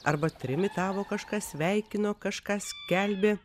arba trimitavo kažką sveikino kažką skelbė